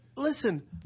Listen